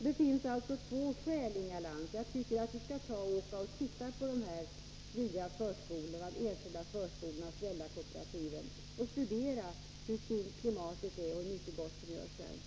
Det finns således, Inga Lantz, två skäl för att bedriva barnomsorgsverksamhet i enskild regi. Jag tycker att Inga Lantz skall besöka de enskilda förskolorna och föräldrakooperativen och ta del av hur fint arbetsklimatet är där och hur mycket gott som görs.